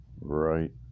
right